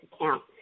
account